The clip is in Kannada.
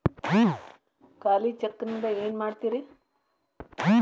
ಖಾಲಿ ಚೆಕ್ ನಿಂದ ಏನ ಮಾಡ್ತಿರೇ?